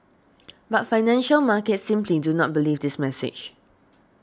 but financial markets simply do not believe this message